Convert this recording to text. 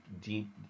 deep